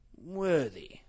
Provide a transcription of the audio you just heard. worthy